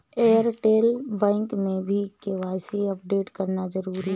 Airtel bank में भी KYC update करना जरूरी है